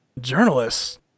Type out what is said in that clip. journalists